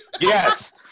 Yes